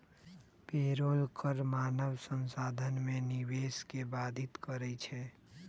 payroll कर मानव संसाधन में निवेश के बाधित करइ छै